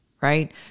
Right